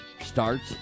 starts